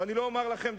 ואני לא אומר לכם,